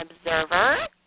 observer